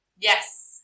yes